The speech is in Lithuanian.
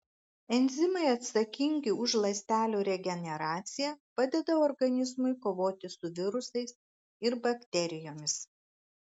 enzimai atsakingi už ląstelių regeneraciją padeda organizmui kovoti su virusais ir bakterijomis